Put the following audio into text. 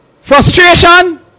Frustration